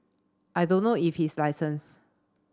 I don't know if he is licensed